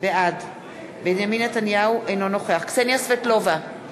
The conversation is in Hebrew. בעד בנימין נתניהו, אינו נוכח קסניה סבטלובה,